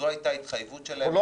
זאת הייתה ההתחייבות שלהם -- אנחנו לא